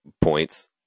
points